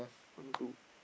one two